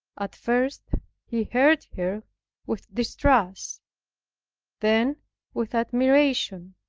at first he heard her with distrust then with admiration.